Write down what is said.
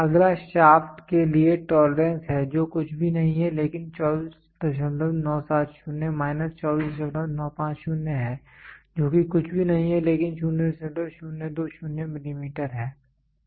अगला शाफ्ट के लिए टोलरेंस है जो कुछ भी नहीं है लेकिन 24970 माइनस 24950 है जो कि कुछ भी नहीं है लेकिन 0020 मिलीमीटर है ठीक है